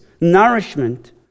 nourishment